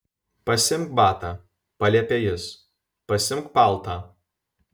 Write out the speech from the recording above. pasiimk batą paliepė jis pasiimk paltą